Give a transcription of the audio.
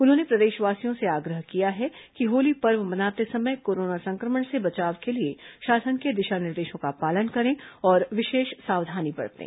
उन्होंने प्रदेशवासियों से आग्रह किया है कि होली पर्व मनाते समय कोरोना संक्रमण से बचाव के लिए शासन के दिशा निर्देशों का पालन करें और विशेष सावधानी बरतें